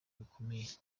bikomeye